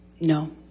No